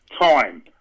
time